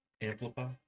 amplify